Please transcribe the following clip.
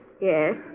Yes